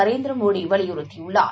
நரேந்திரமோடிவலியுறுத்தியுள்ளார்